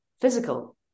physical